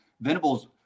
Venables